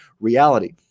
reality